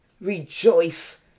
Rejoice